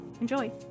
Enjoy